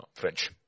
French